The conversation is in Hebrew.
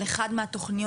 אבל אחת מהתכניות.